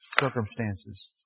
circumstances